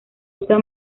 usa